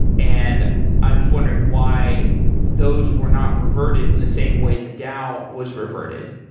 and i'm just wondering why those were not reverted in the same way the dao was reverted.